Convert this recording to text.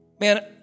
Man